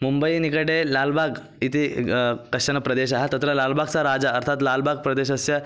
मुम्बैनिकटे लाल्बाग् इति ग् कश्चन प्रदेशः तत्र लाल्बाग् सः राजा अर्थात् लाल्बाग् प्रदेशस्य